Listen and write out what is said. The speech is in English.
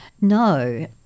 No